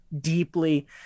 deeply